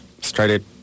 started